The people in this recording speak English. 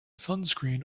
sunscreen